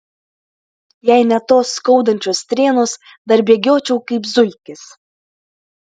jei ne tos skaudančios strėnos dar bėgiočiau kaip zuikis